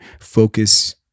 focus